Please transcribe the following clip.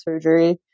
surgery